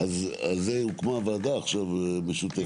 על זה הוקמה עכשיו ועדה משותפת.